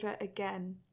again